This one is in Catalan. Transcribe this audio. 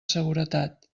seguretat